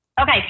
Okay